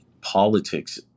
politics